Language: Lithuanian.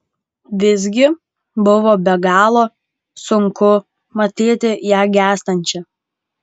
visgi buvo be galo sunku matyti ją gęstančią